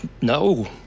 no